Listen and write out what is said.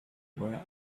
where